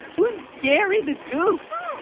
who's gary the goose?